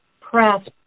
Press